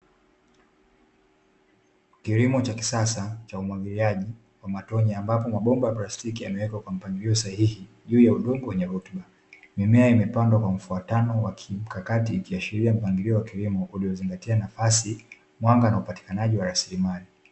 Kilimo cha kisasa cha umwagiliaji wa matone, ambapo mabomba ya plastiki yamewekwa kwa mpangilio sahihi juu ya udongo wenye rutuba. Mimea imepandwa kwa mfuatano wa kimkakati ikiashiria mpangilio wa kilimo uliozingatia: nafasi, mwanga na upatikanaji wa rasilimali.